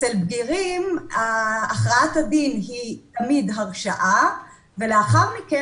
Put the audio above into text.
אצל בגירים הכרעת הדין היא תמיד הרשעה ולאחר מכן